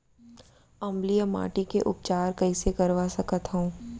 अम्लीय माटी के उपचार कइसे करवा सकत हव?